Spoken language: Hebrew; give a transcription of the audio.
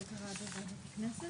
הפיצול זה בוועדות הכנסת.